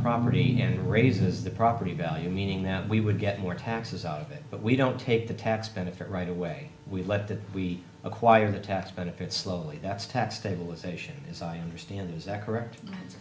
property and raises the property value meaning that we would get more taxes out of it but we don't take the tax benefit right away we let the we acquire the tax benefit slowly that's tax stabilization as i understand it is that correct